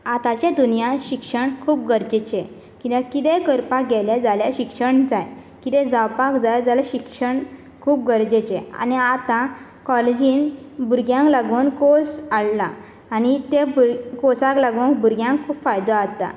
आतांचे दुनया शिक्षण खूब गरजेचें किद्याक किदेंय करपाक गेले जाल्या शिक्षण जाय किदें जावपाक जाय जाल्या शिक्षण खूब गरजेचें आनी आतां कॉलेजीन भुरग्यांक लागून कोर्स हाडला आनी ते भूर कोसाक लागून भुरग्यांक खूब फायदो आता